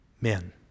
men